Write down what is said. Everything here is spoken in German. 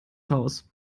haus